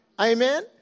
Amen